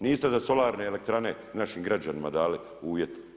Niste za solarne elektrane našim građanima dali uvjet.